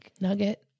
nugget